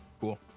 cool